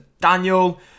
Daniel